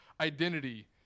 identity